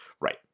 Right